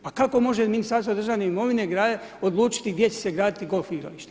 Pa kako može Ministarstvo državne imovine odlučiti gdje će se graditi golf igralište.